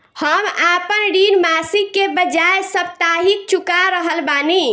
हम आपन ऋण मासिक के बजाय साप्ताहिक चुका रहल बानी